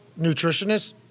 nutritionist